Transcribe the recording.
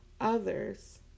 others